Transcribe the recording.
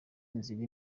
inzira